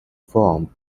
form